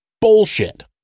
Bullshit